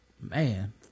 Man